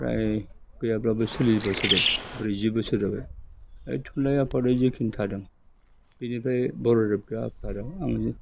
फ्राय गैयाब्लाबो सोलि बोसोर जाबाय ब्रैजि बोसोर जाबाय ओइ थुनलाइ आफादआव जिखिनि थादों बिनिफ्राय बर' आफादआव आं